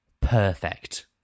perfect